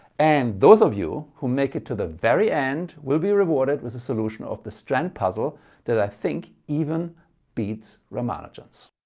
and those of you who make it to the very end will be rewarded with a solution of the strand puzzle that i think even beats ramanujan's.